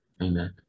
Amen